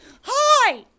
Hi